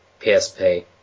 PSP